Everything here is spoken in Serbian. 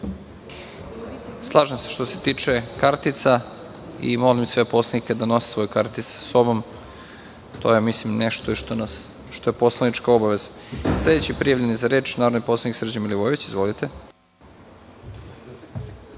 Slažem se, što se tiče kartica. Molim sve poslanike da nose svoje kartice sa sobom. To je nešto što je poslovnička obaveza. Sledeći prijavljeni za reč je narodni poslanik Srđan Milivojević.